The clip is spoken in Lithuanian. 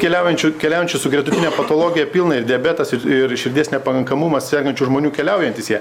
keliaujančių keliaujančių su gretutine patologija pilna ir diabetas ir ir širdies nepakankamumas sergančių žmonių keliaujantys jie